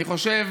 אני חושב